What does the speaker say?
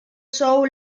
show